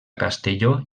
castelló